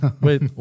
Wait